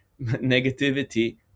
negativity